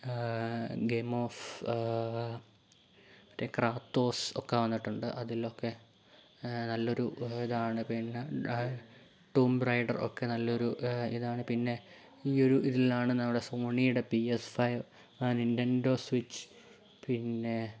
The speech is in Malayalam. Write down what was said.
ഗെയിം ഓഫ് ക്രാത്തോസ് ഒക്കെ വന്നിട്ടുണ്ട് അതിലൊക്കെ നല്ലൊരു ഇതാണ് പിന്നെ ടോമ്പ് റൈഡറൊക്കെ നല്ലൊരു ഇതാണ് പിന്നെ ഈയൊരു ഇതിലാണ് നമ്മുടെ സോണിയുടെ P S five and Nintendo Switch പിന്നെ